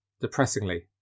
Depressingly